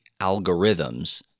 algorithms